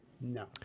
No